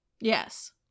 Yes